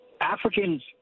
Africans